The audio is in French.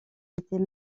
était